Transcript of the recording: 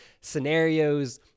scenarios